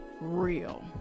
real